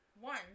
One